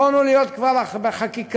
יכולנו להיות כבר בחקיקה.